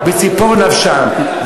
בציפור נפשם.